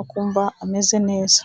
akumva ameze neza.